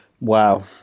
Wow